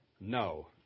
No